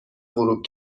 غروب